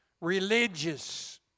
religious